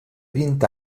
vint